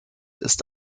ist